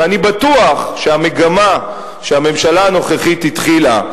ואני בטוח שהמגמה שהממשלה הנוכחית התחילה,